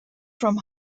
from